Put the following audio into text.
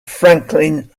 franklin